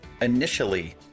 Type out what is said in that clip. Initially